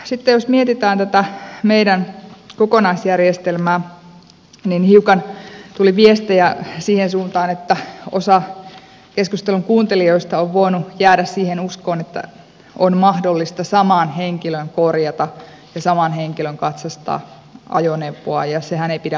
sitten jos mietitään tätä meidän kokonaisjärjestelmää niin hiukan tuli viestejä siihen suuntaan että osa keskustelun kuuntelijoista on voinut jäädä siihen uskoon että saman henkilön on mahdollista korjata ja katsastaa ajoneuvoa ja sehän ei pidä paikkansa